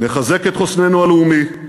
נחזק את חוסננו הלאומי,